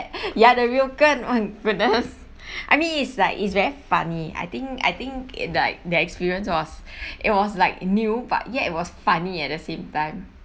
ya the ryokan my goodness I mean it's like it's very funny I think I think it like the experience was it was like new but yet it was funny at the same time